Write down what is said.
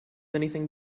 anything